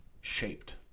shaped